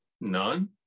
none